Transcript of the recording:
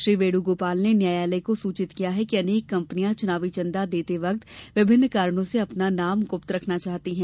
श्री वेणुगोपाल ने न्यायालय को सूचित किया कि अनेक कंपनियां चुनावी चंदा देते वक्त विभिन्न कारणों से अपना नाम ग्रृप्त रखना चाहती हैं